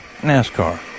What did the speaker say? NASCAR